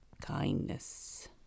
kindness